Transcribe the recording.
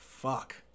Fuck